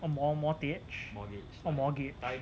mort~ mortgage